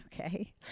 Okay